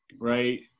right